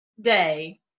day